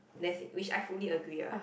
that's it which I fully agree ah